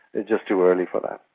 is just too early for that.